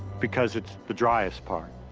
because it's the driest part.